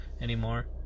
anymore